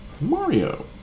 Mario